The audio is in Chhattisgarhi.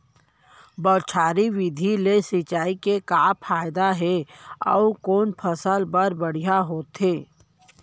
बौछारी विधि ले सिंचाई के का फायदा हे अऊ कोन फसल बर बढ़िया होथे?